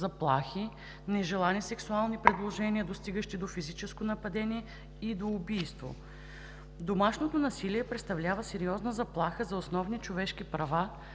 заплахи, нежелани сексуални предложения, достигащи до физическо нападение и до убийство. Домашното насилие представлява сериозна заплаха за основни човешки права,